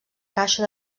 caixa